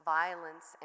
violence